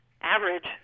average